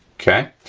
okay?